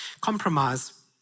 Compromise